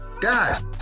guys